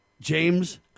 James